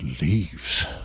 leaves